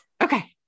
okay